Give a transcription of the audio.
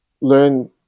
learn